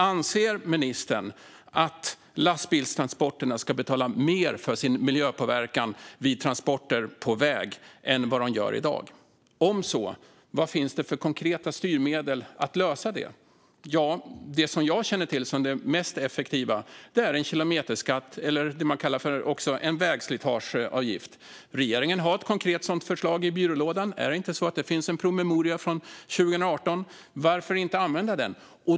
Anser ministern att lastbilstransporterna ska betala mer för sin miljöpåverkan vid transporter på väg än de gör i dag? Om så är fallet, vad finns det för konkreta styrmedel för att lösa detta? Det som jag känner till som det mest effektiva är en kilometerskatt eller det man också kallar för en vägslitageavgift. Regeringen har ett konkret sådant förslag i byrålådan. Finns det inte en promemoria från 2018? Varför inte använda den?